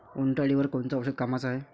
उंटअळीवर कोनचं औषध कामाचं हाये?